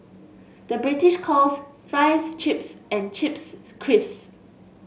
the British calls fries chips and chips crisps